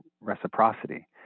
reciprocity